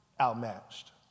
outmatched